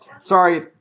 Sorry